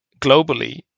globally